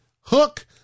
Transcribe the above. Hook